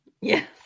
Yes